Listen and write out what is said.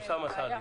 אוסאמה סעדי.